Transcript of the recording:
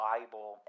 Bible